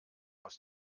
aus